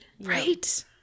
Right